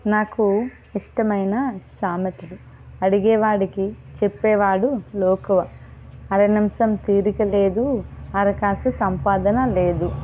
నాకు ఇష్టమైన సామెతలు అడిగేవాడికి చెప్పేవాడు లోకువ అర నిమిషం తీరికలేదు అరకాసు సంపాదన లేదు